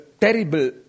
terrible